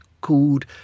called